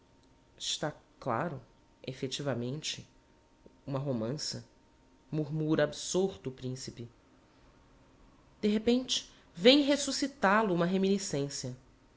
está claro effectivamente uma romança murmura absorto o principe de repente vem ressuscitá lo uma reminiscencia